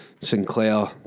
Sinclair